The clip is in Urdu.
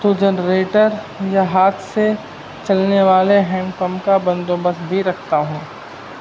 تو جنریٹر یا ہاتھ سے چلنے والے ہینڈ پمپ کا بندوبست بھی رکھتا ہوں